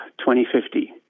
2050